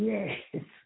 Yes